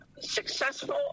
successful